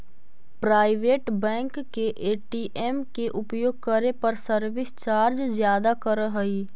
private bank के ATM के उपयोग करे पर सर्विस चार्ज ज्यादा करऽ हइ